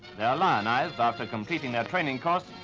they are lionized after completing their training course,